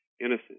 innocent